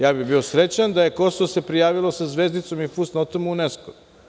Ja bih bio srećan da se Kosovo prijavilo sa zvezdicom i fusnotom u UNESKO.